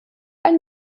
ein